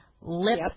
Lip